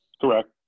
Correct